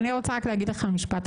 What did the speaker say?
אני רוצה רק להגיד לך משפט אחד,